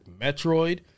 Metroid